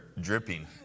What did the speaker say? Dripping